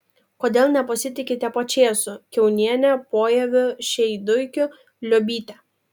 kodėl nepasitikite pačėsu kiauniene pojaviu šeduikiu liobyte